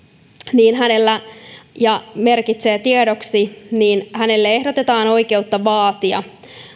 ja merkitsee tiedoksi niin hänelle ehdotetaan oikeutta vaatia